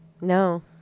No